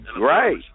Right